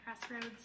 Crossroads